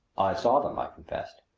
saw them! i confessed.